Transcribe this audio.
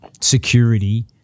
security